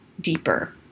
deeper